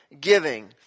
giving